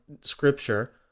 Scripture